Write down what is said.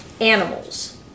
animals